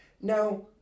Now